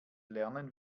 lernen